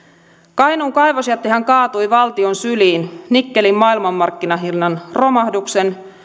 kainuun kaivosjättihän kaatui valtion syliin nikkelin maailmanmarkkinahinnan romahduksen